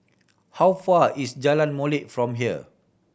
how far is Jalan Molek from here